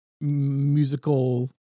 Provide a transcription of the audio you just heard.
musical